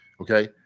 Okay